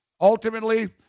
Ultimately